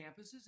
campuses